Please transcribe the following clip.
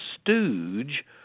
stooge